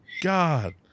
god